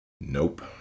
Nope